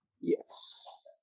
Yes